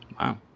Wow